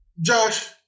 Josh